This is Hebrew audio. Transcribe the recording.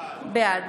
בעד